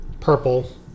purple